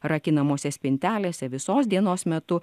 rakinamose spintelėse visos dienos metu